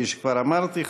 כפי שכבר אמרתי,